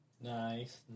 Nice